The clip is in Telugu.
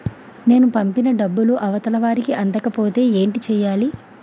నేను పంపిన డబ్బులు అవతల వారికి అందకపోతే ఏంటి చెయ్యాలి?